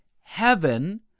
heaven